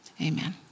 Amen